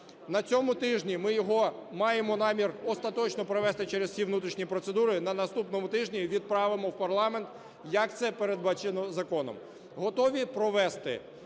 На цьому тижні ми його маємо намір остаточно провести через всі внутрішні процедури, і на наступному тижні відправимо в парламент, як це передбачено законом. Готові провести